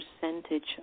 percentage